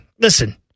listen